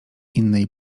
innej